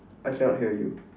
I cannot hear you